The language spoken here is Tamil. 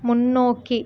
முன்னோக்கி